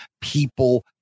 people